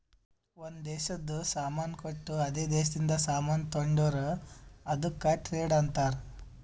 ಒಂದ್ ದೇಶದು ಸಾಮಾನ್ ಕೊಟ್ಟು ಅದೇ ದೇಶದಿಂದ ಸಾಮಾನ್ ತೊಂಡುರ್ ಅದುಕ್ಕ ಟ್ರೇಡ್ ಅಂತಾರ್